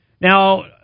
Now